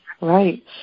right